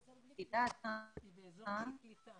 עוד כמה דקות שתיכנס.